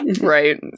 Right